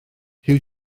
huw